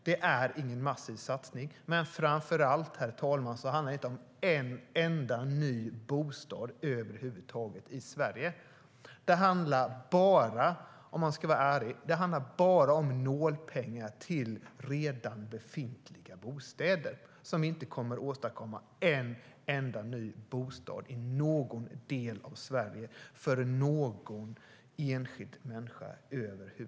Det är ingen massiv satsning. Herr talman! Framför allt blir det inte en enda ny bostad i Sverige. Det blir bara nålpengar till redan befintliga bostäder. Det kommer inte att åstadkomma en enda ny bostad i någon del av Sverige för någon enskild människa.